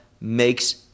makes